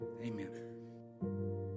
Amen